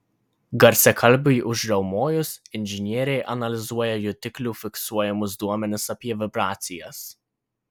garsiakalbiui užriaumojus inžinieriai analizuoja jutiklių fiksuojamus duomenis apie vibracijas